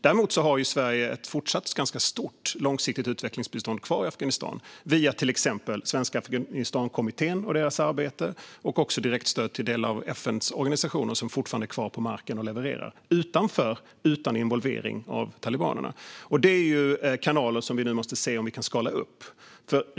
Däremot har Sverige ett fortsatt ganska stort långsiktigt utvecklingsbistånd kvar i Afghanistan via till exempel Svenska Afghanistankommittén och deras arbete. Det handlar också om direktstöd till delar av FN:s organisationer som fortfarande är kvar på marken och levererar utanför och utan involvering av talibanerna. Detta är kanaler som vi nu måste se om vi kan skala upp.